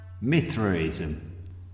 Mithraism